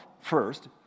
first